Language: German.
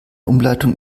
umleitung